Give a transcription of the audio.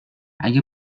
اگه